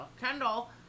Kendall